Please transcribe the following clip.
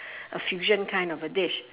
a fusion kind of a dish